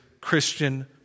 Christian